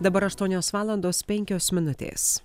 dabar aštuonios valandos penkios minutės